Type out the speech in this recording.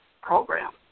program